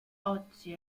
oggi